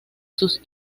sus